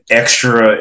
extra